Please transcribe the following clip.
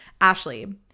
Ashley